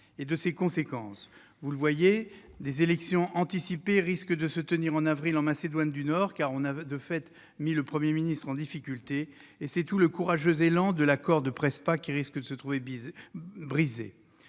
que de ses conséquences : des élections anticipées vont se tenir en avril en Macédoine du Nord, car nous avons, de fait, mis le Premier ministre en difficulté, et c'est tout le courageux élan de l'accord de Prespa qui risque de se trouver brisé.